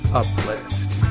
uplift